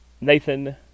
Nathan